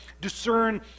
discern